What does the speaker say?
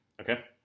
okay